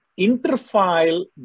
interfile